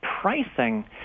pricing